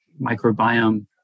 microbiome